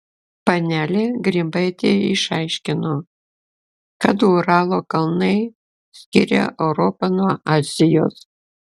panelė grybaitė išaiškino kad uralo kalnai skiria europą nuo azijos